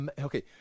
Okay